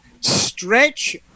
Stretch